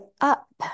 up